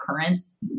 occurrence